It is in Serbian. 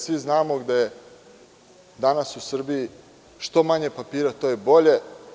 Svi znamo da je danas u Srbiji što manje papira, to je bolje.